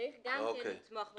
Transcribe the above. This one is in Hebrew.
צריך גם כן לתמוך בחוק הזה.